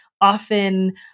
often